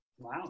Wow